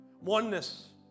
Oneness